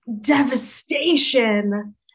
devastation